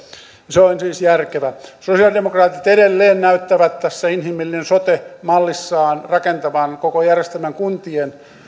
se on siis järkevä sosiaalidemokraatit edelleen näyttävät tässä inhimillinen sote mallissaan rakentavan koko järjestelmän kuntien